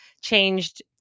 changed